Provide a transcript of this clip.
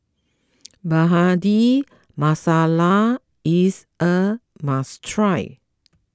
Bhindi Masala is a must try